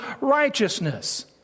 righteousness